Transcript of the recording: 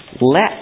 Let